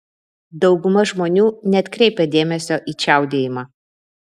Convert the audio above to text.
dauguma žmonių neatkreipia dėmesio į čiaudėjimą